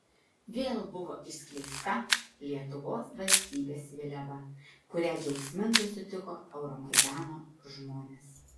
vėl buvo išskleista lietuvos valstybės vėliava kurią džiaugsmingai sutiko euromaidano žmonės